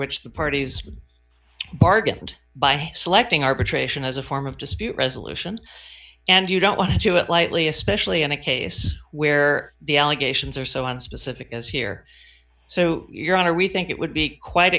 which the parties bargained by selecting arbitration as a form of dispute resolution and you don't want to do it lightly especially in a case where the allegations are so unspecific as here so your honor we think it would be quite